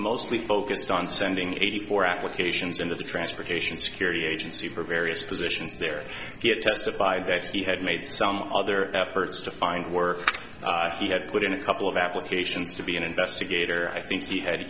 mostly focused on sending eighty four applications into the transportation security agency for various since there get testified that he had made some other efforts to find work he had put in a couple of applications to be an investigator i think he had